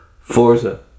forza